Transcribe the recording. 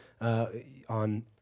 on